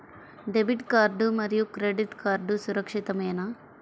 Debit card మరియు credit card సురక్షితమేనా?